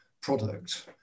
product